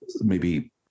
maybe-